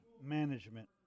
management